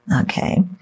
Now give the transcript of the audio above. Okay